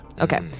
Okay